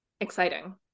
Exciting